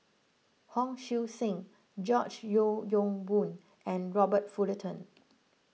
Hon Sui Sen George Yeo Yong Boon and Robert Fullerton